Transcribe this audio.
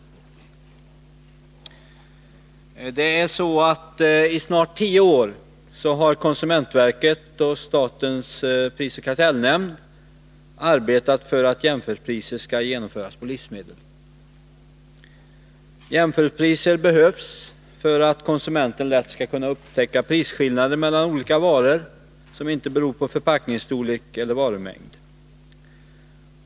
I snart tio år har konsumentverket och statens prisoch kartellnämnd arbetat för att jämförpriser skall genomföras på livsmedel. Jämförpriser behövs för att konsumenten lätt skall kunna upptäcka prisskillnader mellan olika varor som inte beror på förpackningsstorlek eller varumängd.